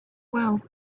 well